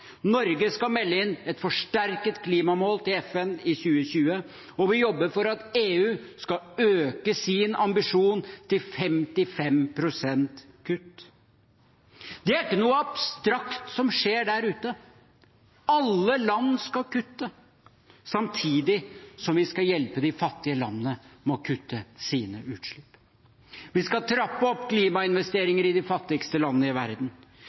Norge skal melde inn et forsterket klimamål til FN i 2020, og vi jobber for at EU skal øke sin ambisjon til 55 pst. kutt. Det er ikke noe abstrakt som skjer der ute. Alle land skal kutte – samtidig som vi skal hjelpe de fattige landene med å kutte sine utslipp. Vi skal trappe opp klimainvesteringene i de fattigste landene i verden.